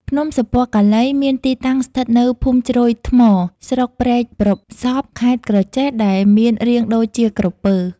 ភ្នំសុពណ៌កាលី មានទីតាំងស្ថិតនៅ ភូមិជ្រោយថ្ម ស្រុកព្រែកប្រសប់ ខេត្តក្រចេះ ដែលមានរាងដូចជាក្រពើ ។